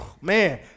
man